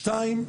שתיים,